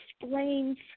explains